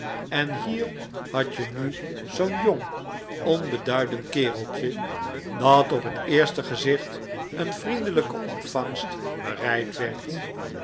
en hier had je nu zoo'n jong onbeduidend kereltje dat op het eerste gezicht een vriendelijke ontvangst bereid werd